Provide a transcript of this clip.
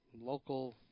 local